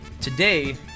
Today